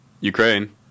Ukraine